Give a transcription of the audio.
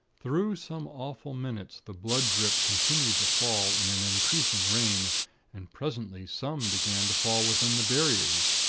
through some awful minutes the blood-drip continued to fall in an increasing rain and presently some began to fall within the barriers.